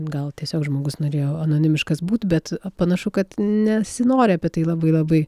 gal tiesiog žmogus norėjo anonimiškas būt bet panašu kad nesinori apie tai labai labai